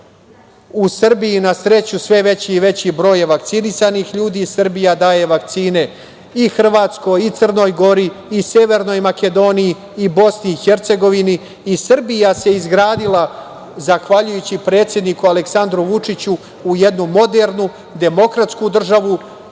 U Srbiji, na sreću, sve veći i veći broj je vakcinisanih ljudi. Srbija daje vakcine i Hrvatskoj i Crnoj Gori i Severnoj Makedoniji i BiH.Srbija se izgradila zahvaljujući predsedniku Aleksandru Vučiću u jednu modernu, demokratsku državu,